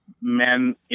Men